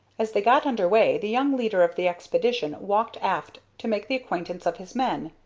as they got under way the young leader of the expedition walked aft to make the acquaintance of his men.